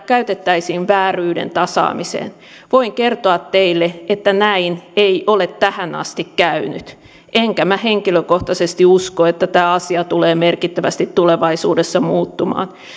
käytettäisiin vääryyden tasaamiseen voin kertoa teille että näin ei ole tähän asti käynyt enkä minä henkilökohtaisesti usko että tämä asia tulee merkittävästi tulevaisuudessa muuttumaan